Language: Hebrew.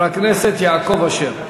חבר הכנסת יעקב אשר.